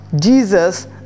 Jesus